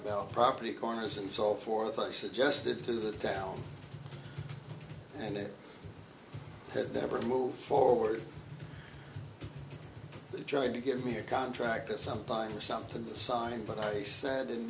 about property corners and so forth i suggested to the town and it had never moved forward they tried to give me a contract or sometimes something to sign but i said in